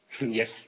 yes